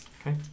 Okay